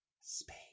Space